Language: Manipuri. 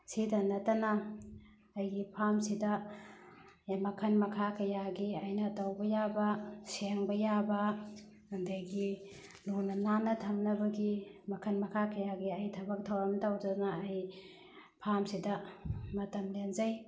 ꯁꯤꯗ ꯅꯠꯇꯅ ꯑꯩꯒꯤ ꯐꯥꯔꯝꯁꯤꯗ ꯃꯈꯜ ꯃꯈꯥ ꯀꯌꯥꯒꯤ ꯑꯩꯅ ꯇꯧꯕ ꯌꯥꯕ ꯁꯦꯡꯕ ꯌꯥꯕ ꯑꯗꯒꯤ ꯂꯨꯅ ꯅꯥꯟꯅ ꯊꯝꯅꯕꯒꯤ ꯃꯈꯜ ꯃꯈꯥ ꯀꯌꯥꯒꯤ ꯑꯩ ꯊꯕꯛ ꯊꯧꯔꯝ ꯇꯧꯗꯨꯅ ꯑꯩ ꯐꯥꯔꯝꯁꯤꯗ ꯃꯇꯝ ꯂꯦꯟꯖꯩ